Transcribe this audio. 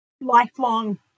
lifelong